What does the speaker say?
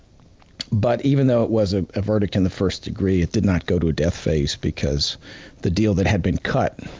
but even though it was ah a verdict in the first-degree, it did not go to a death phase because the deal that had been cut,